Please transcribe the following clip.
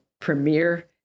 premier